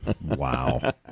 Wow